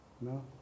No